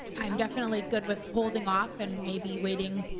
i'm definitely good with holding off, and maybe waiting